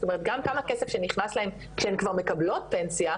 זאת אומרת גם כסף שנכנס להן כשהן כבר מקבלות פנסיה,